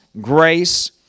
grace